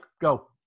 go